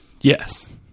yes